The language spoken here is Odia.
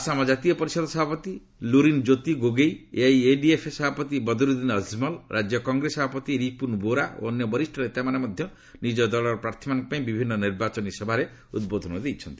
ଆସାମ ଜାତୀୟ ପରିଷଦ ସଭାପତି ଲୁରିନ୍କ୍ୟୋତି ଗୋଗେଇ ଏଆଇୟୁଡିଏଫ୍ ସଭାପତି ବଦ୍ରୁଦିନ ଅଜମଲ ରାଜ୍ୟ କଂଗ୍ରେସ ସଭାପତି ରିପୁନ୍ ବୋରା ଓ ଅନ୍ୟ ବରିଷ ନେତାମାନେ ନିଜ ଦଳର ପ୍ରାର୍ଥୀମାନଙ୍କ ପାଇଁ ବିଭିନ୍ନ ନିର୍ବାଚନୀ ସଭାରେ ଉଦ୍ବୋଧନ ଦେଇଛନ୍ତି